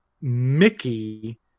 Mickey